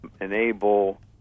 enable